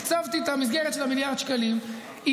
הקצבתי את המסגרת של מיליארד שקלים הכי מהר.